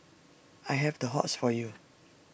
I have the hots for you